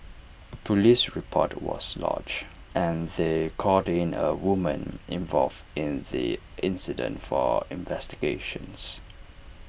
A Police report was lodged and they called in A woman involved in the incident for investigations